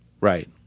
Right